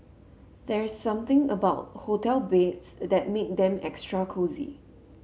there's something about hotel beds that make them extra cosy